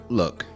look